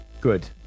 Good